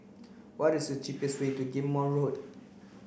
what is the cheapest way to Ghim Moh Road